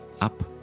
up